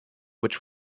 which